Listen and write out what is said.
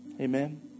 Amen